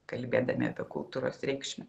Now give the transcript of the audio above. kalbėdami apie kultūros reikšmę